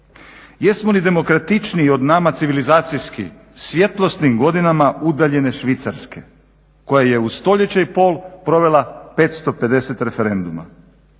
Jesmo li demokratičniji od nama civilizacijski svjetlosnim godinama udaljene Švicarske koja je u stoljeće i pol provela 550 referenduma.